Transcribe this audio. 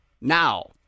now